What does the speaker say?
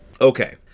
Okay